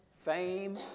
fame